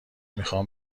میخام